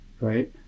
right